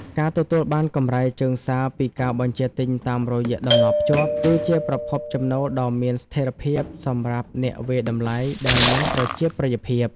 ការទទួលបានកម្រៃជើងសារពីការបញ្ជាទិញតាមរយៈតំណភ្ជាប់ គឺជាប្រភពចំណូលដ៏មានស្ថិរភាពសម្រាប់អ្នកវាយតម្លៃដែលមានប្រជាប្រិយភាព។